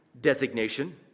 designation